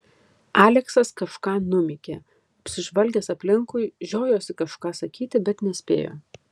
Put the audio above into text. aleksas kažką numykė apsižvalgęs aplinkui žiojosi kažką sakyti bet nespėjo